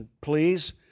please